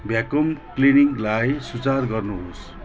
vacuum क्लिनिङलाई सुचार गर्नुहोस्